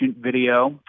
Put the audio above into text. video